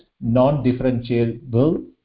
non-differentiable